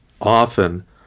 often